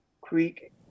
Creek